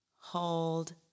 hold